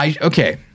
Okay